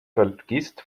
vergisst